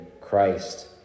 Christ